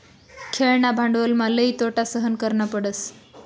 खेळणा भांडवलमा लई तोटा सहन करना पडस